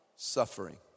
Suffering